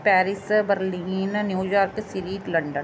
Paris Berlin New York ਸਿਰੀ London